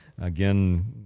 again